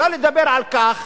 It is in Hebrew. שלא לדבר על כך